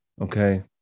Okay